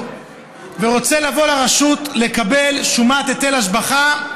ורוצה לבוא לרשות לקבל שומת היטל השבחה,